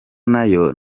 nayo